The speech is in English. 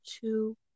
two